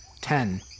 Ten